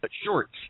shorts